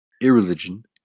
irreligion